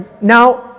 Now